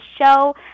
show